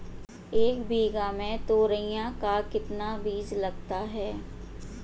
एक बीघा में तोरियां का कितना बीज लगता है?